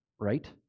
right